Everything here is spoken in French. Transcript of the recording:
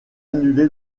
annuler